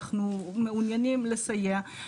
אנחנו מעוניינים לסייע,